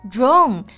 Drone